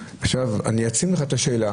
אני אציג לך את השאלה,